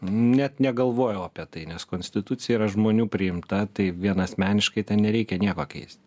net negalvojau apie tai nes konstitucija yra žmonių priimta tai vienasmeniškai tai nereikia nieko keist